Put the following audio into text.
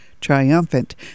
Triumphant